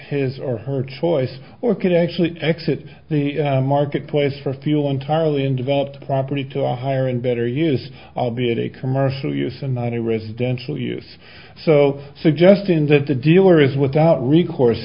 his or her choice or could actually exit the marketplace for fuel entirely in developed property to a higher and better use albeit a commercial use and not a residential use so suggesting that the dealer is without recourse